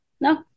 No